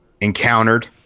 encountered